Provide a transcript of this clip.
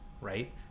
right